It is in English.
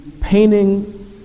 painting